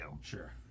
Sure